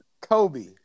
Kobe